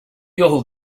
all